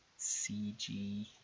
CG